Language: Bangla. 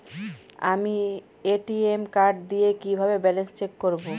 আমি এ.টি.এম কার্ড দিয়ে কিভাবে ব্যালেন্স চেক করব?